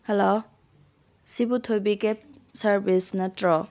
hello ꯁꯤꯕꯨ ꯊꯣꯏꯕꯤ ꯀꯦꯞ ꯁꯥꯔꯕꯤꯁ ꯅꯠꯇ꯭ꯔꯣ